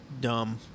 dumb